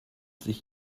sich